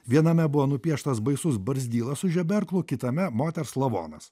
viename buvo nupieštas baisus barzdyla su žeberklu kitame moters lavonas